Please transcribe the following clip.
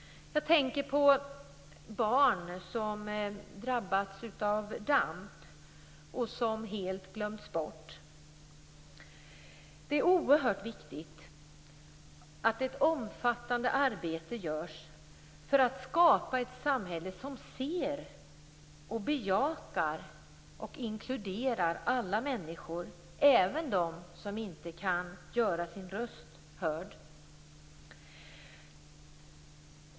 Jag tänker på barn som drabbats av DAMP och som helt glömts bort. Det är oerhört viktigt att ett omfattande arbete görs för att skapa ett samhälle som ser, bejakar och inkluderar alla människor - även de som inte kan göra sin röst hörd.